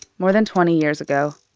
more than twenty years ago.